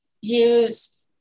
Use